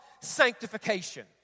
sanctification